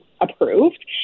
approved